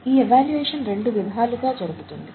ఈ ఎవాల్యూయేషన్ రెండు విధాలుగా జరుగుతుంది